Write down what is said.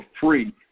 free